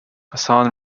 hasan